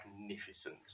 magnificent